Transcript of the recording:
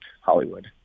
Hollywood